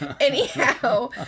Anyhow